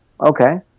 Okay